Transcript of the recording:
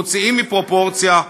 מוציאים מפרופורציה,